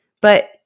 But-